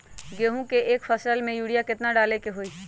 गेंहू के एक फसल में यूरिया केतना डाले के होई?